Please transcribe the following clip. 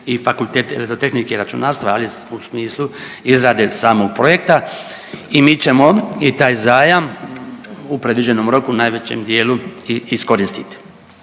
i Fakultet elektrotehnike i računarstva, ali u smislu izrade samog projekta i mi ćemo i taj zajam u predviđenom roku u najvećem dijelu i iskoristiti.